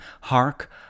hark